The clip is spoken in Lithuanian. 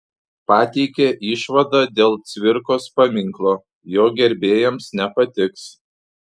pateikė išvadą dėl cvirkos paminklo jo gerbėjams nepatiks